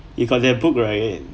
you got their book right